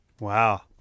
Wow